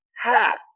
half